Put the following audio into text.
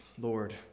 Lord